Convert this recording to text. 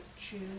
choose